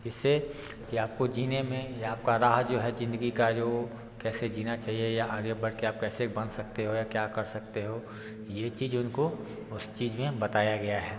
इससे या आपको जीने में या आपका राह जो है ज़िंदगी का जो कैसे जीना चहिए या आगे बढ़के आप कैसे बन सकते हो क्या कर सकते हो ये चीज़ उनको उस चीज़ में बताया गया है